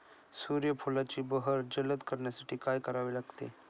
सूर्यफुलाची बहर जलद करण्यासाठी काय करावे लागेल?